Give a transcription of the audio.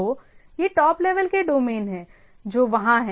तो ये top level के डोमेन हैं जो वहां हैं